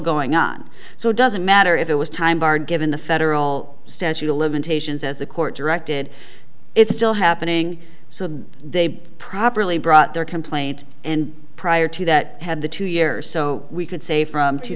going on so it doesn't matter if it was time barred given the federal statute of limitations as the court directed it's still happening so that they properly brought their complaint and prior to that had the two years so we could say from two